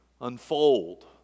unfold